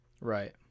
Right